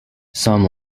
some